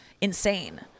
insane